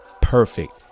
perfect